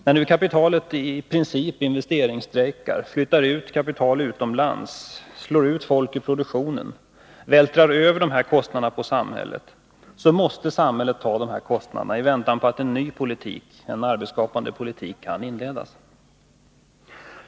När nu kapitalet i princip investeringsstrejkar, flyttar ut kapital utomlands, slår ut folk ur produktionen och vältrar över dessa kostnader på samhället, måste samhället ta dessa utgifter, i väntan på att en ny, arbetsskapande politik kan inledas.